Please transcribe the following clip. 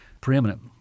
preeminent